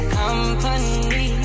company